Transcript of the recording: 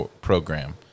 program